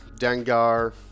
Dengar